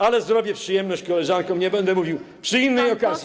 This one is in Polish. Ale zrobię przyjemność koleżankom, nie będę mówił, przy innej okazji.